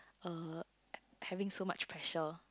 uh having so much pressure